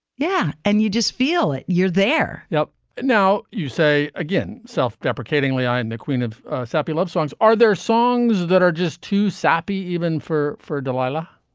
yeah. and you just feel it. you're there now now you say again self-deprecatingly, i am the queen of sappy love songs. are there songs that are just too sappy even for for delilah?